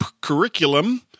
curriculum